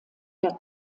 der